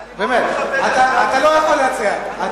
אתה לא יכול להציע.